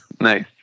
Nice